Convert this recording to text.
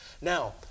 Now